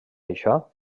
això